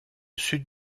sud